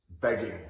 begging